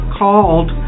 called